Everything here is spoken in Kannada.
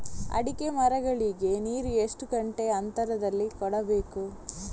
ಅಡಿಕೆ ಮರಗಳಿಗೆ ನೀರು ಎಷ್ಟು ಗಂಟೆಯ ಅಂತರದಲಿ ಕೊಡಬೇಕು?